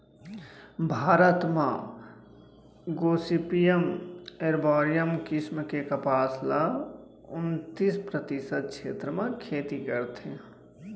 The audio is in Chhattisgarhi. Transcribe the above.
भारत म गोसिपीयम एरबॉरियम किसम के कपसा ल उन्तीस परतिसत छेत्र म खेती करत हें